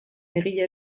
egile